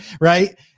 Right